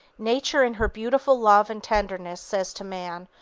nature in her beautiful love and tenderness, says to man,